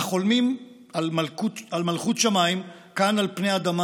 "החולמים על מלכות שמיים כאן על פני אדמה